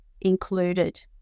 included